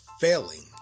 failing